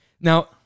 Now